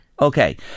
Okay